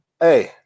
hey